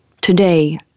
Today